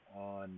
on